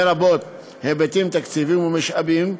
לרבות היבטים תקציביים ומשאבים,